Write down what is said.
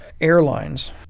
Airlines